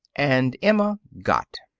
and emma got.